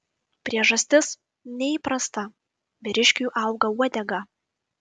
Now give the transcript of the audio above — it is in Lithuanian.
priežastis neįprasta vyriškiui auga uodega